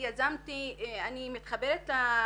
סוגיה של כוח אדם היא סוגיה כואבת,